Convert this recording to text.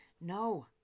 No